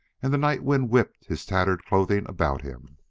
and the night wind whipped his tattered clothing about him.